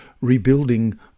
rebuilding